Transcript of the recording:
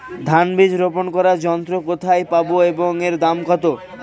ধান বীজ রোপন করার যন্ত্র কোথায় পাব এবং এর দাম কত?